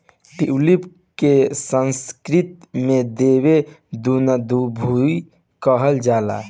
tulip के संस्कृत में देव दुन्दुभी कहल जाला